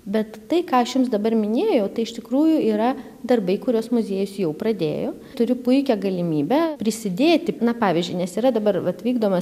bet tai ką aš jums dabar minėjau tai iš tikrųjų yra darbai kuriuos muziejus jau pradėjo turiu puikią galimybę prisidėti na pavyzdžiui nes yra dabar vat vykdomas